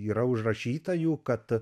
yra užrašyta jų kad